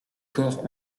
cor